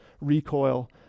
recoil